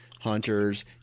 hunters